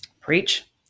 Preach